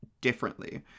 differently